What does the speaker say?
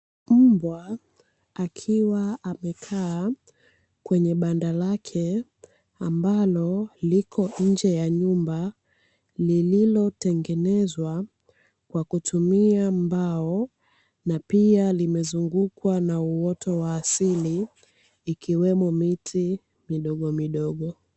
Mbwa akiwa amekaa kwenye banda lake ambalo liko nje ya nyumba, lililotengenezwa kwa kutumia mbao na pia limezungukwa na uoto wa asili ikiwemo miti midogomidogo.